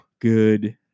good